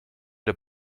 der